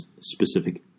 specific